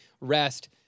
rest